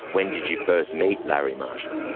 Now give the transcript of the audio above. when did you first meet larry marshall?